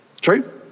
True